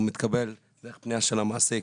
הוא מתקבל דרך פנייה של המעסיק.